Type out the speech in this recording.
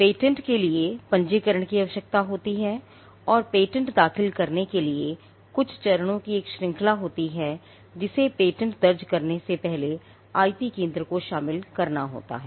patent के लिए पंजीकरण की आवश्यकता होती है और पेटेंट दाखिल करने के लिए कुछ चरणों की एक श्रृंखला होती है जिसे पेटेंट दर्ज करने से पहले आईपी केंद्र को शामिल करना होता है